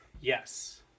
Yes